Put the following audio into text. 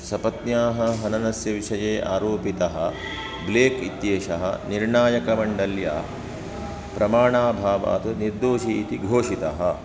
सपत्न्याः हननस्य विषये आरोपितः ब्लेक् इत्येषः निर्णायकमण्डल्या प्रमाणाभावात् निर्दोषी इति घोषितः